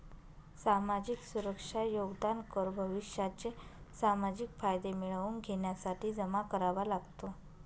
सामाजिक सुरक्षा योगदान कर भविष्याचे सामाजिक फायदे मिळवून घेण्यासाठी जमा करावा लागतो